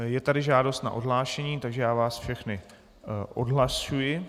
Je tady žádost na odhlášení, tak vás všechny odhlašuji.